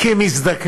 כי הם הזדקנו,